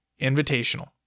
Invitational